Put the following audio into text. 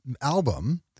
album